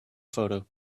photo